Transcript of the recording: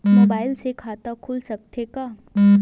Mobile से खाता खुल सकथे का?